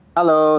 Hello